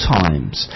times